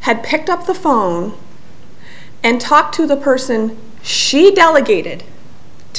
had picked up the phone and talked to the person she delegated to